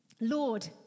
Lord